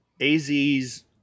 AZ's